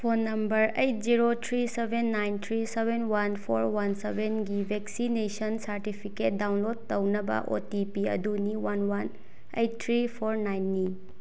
phone number eight zero three seven nine three seven one four one ꯁꯕꯦꯟꯒꯤ vaccination certificate download ꯇꯧꯅꯕ O T P ꯑꯗꯨꯅꯤ one one eight three four ꯅꯥꯏꯟꯅꯤ